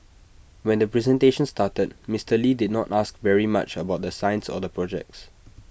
when the presentation started Mister lee did not ask very much about the science or the projects